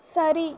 சரி